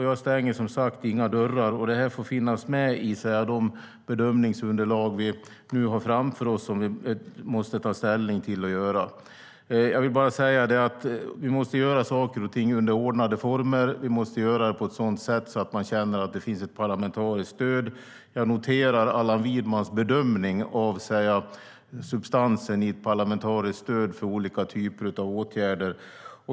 Jag stänger som sagt inga dörrar, och det här får finnas med i de bedömningsunderlag vi nu har framför oss och måste ta ställning till. Jag vill bara säga att vi måste göra saker och ting under ordnade former. Vi måste göra dem på ett sådant sätt att man känner att det finns ett parlamentariskt stöd. Jag noterar Allan Widmans bedömning av substansen i ett parlamentariskt stöd för olika typer av åtgärder.